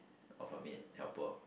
of a maid helper